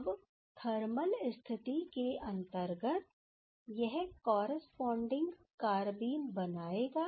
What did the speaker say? अब थर्मल स्थिति के अंतर्गत यह कॉरस्पॉडिंग कारबीन बनाएगा